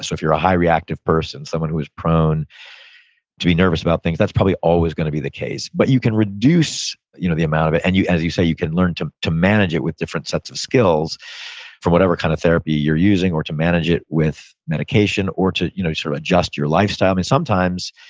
so if you're a high reactive person, someone who's prone to be nervous about things, that's probably always going to be the case. but you can reduce you know the amount of it, and as you say, you can learn to to manage it with different sets of skills for whatever kind of therapy you're using, or to manage it with medication or to you know sort of adjust your lifestyle sometimes,